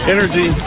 Energy